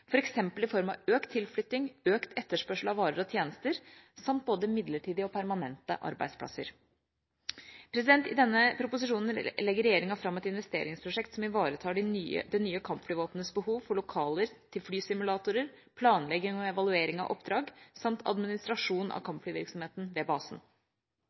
i form av økt tilflytting, økt etterspørsel etter varer og tjenester samt både midlertidige og permanente arbeidsplasser. I denne proposisjonen legger regjeringa fram et investeringsprosjekt som ivaretar det nye kampflyvåpenets behov for lokaler til flysimulatorer, planlegging og evaluering av oppdrag samt administrasjon av kampflyvirksomheten ved basen.